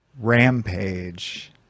Rampage